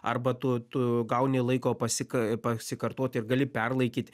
arba tu tu gauni laiko pasika pasikartoti ir gali perlaikyt